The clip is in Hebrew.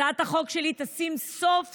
הצעת החוק שלי תשים סוף-סוף